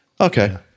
Okay